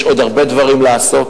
יש עוד הרבה דברים לעשות.